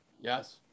Yes